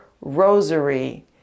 rosary